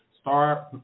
start